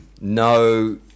No